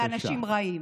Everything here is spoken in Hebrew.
מנותקים ואנשים רעים.